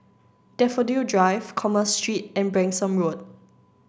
Daffodil Drive Commerce Street and Branksome Road